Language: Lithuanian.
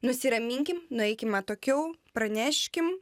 nusiraminkim nueikim atokiau praneškim